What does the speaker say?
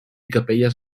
capelles